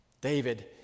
David